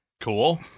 Cool